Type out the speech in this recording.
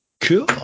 cool